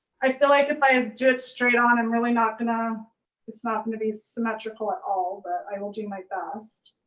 i feel like if i ah do it straight on, i'm really not gonna it's not gonna be symmetrical at all but i will do my best.